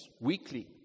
weekly